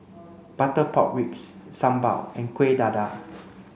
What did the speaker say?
butter pork ribs Sambal and Kuih Dadar